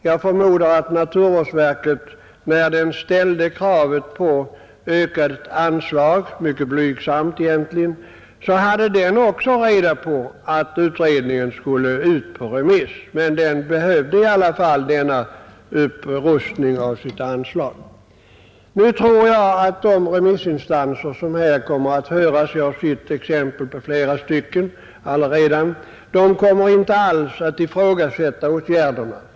Jag förmodar att man i naturvårdsverket, när man har ställt kravet på ökade anslag — egentligen ett mycket blygsamt krav — har haft reda på att utredningens betänkande skulle sändas ut på remiss men att naturvårdsverket i alla fall behövde denna upprustning av sitt anslag. Jag tror också att de remissinstanser som kommer att yttra sig — jag har redan sett flera exempel på detta — inte alls kommer att ifrågasätta åtgärderna.